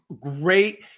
great